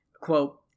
Quote